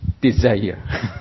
desire